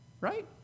right